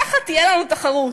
ככה תהיה לנו תחרות.